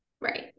right